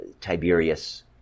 Tiberius